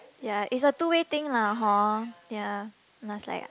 ya it's a two way thing lah hor ya must like